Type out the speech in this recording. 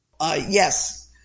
Yes